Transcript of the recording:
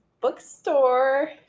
bookstore